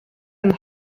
and